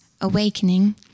awakening